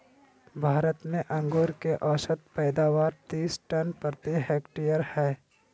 भारत में अंगूर के औसत पैदावार तीस टन प्रति हेक्टेयर हइ